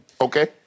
Okay